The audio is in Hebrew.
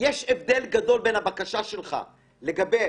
יש הבדל גדול בין הבקשה שלך לגבי